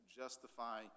justify